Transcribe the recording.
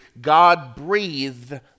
God-breathed